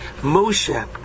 Moshe